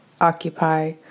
Occupy